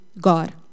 God